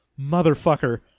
Motherfucker